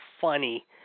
funny